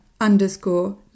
underscore